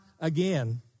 again